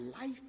life